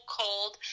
cold